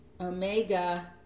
omega